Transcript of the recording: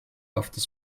after